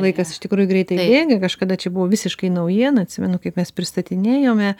laikas iš tikrųjų greitai bėga kažkada čia buvo visiškai naujiena atsimenu kaip mes pristatinėjome